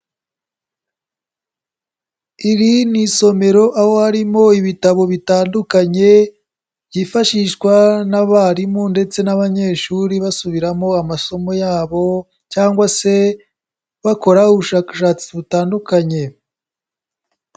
Iri ni isomero aho harimo ibitabo bitandukanye byifashishwa n'abarimu ndetse n'abanyeshuri, basubiramo amasomo yabo cyangwa se bakora ubushakashatsi butandukanye.